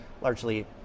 largely